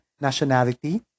nationality